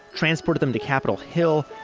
transport them to capitol hill,